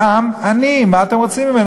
זה עם עני, מה אתם רוצים ממנו?